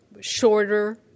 shorter